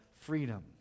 freedom